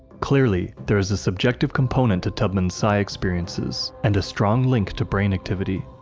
clearly, there is a subjective component to tubman's psi experiences, and a strong link to brain activity.